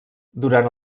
durant